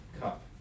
cup